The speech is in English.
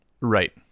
Right